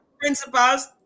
principals